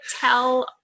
tell